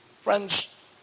Friends